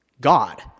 God